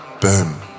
boom